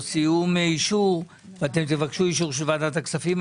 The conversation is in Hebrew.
סיום אישור ואתם תבקשו את אישור ועדת הכספים,